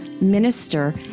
minister